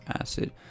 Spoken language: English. acid